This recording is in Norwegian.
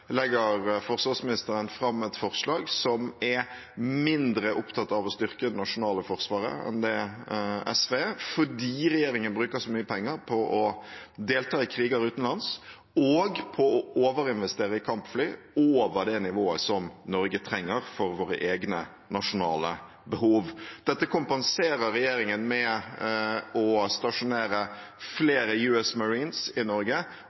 legger forsvarsministeren fram et forslag som er mindre opptatt av å styrke det nasjonale forsvaret enn det SV er, fordi regjeringen bruker så mye penger på å delta i kriger utenlands og på å overinvestere i kampfly – over det nivået Norge trenger for våre egne nasjonale behov. Dette kompenserer regjeringen med å stasjonere flere US Marines i Norge